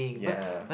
ya